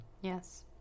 Yes